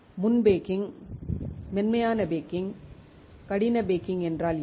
முன் பேக்கிங் மென்மையான பேக்கிங் கடின பேக்கிங் என்றால் என்ன